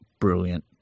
brilliant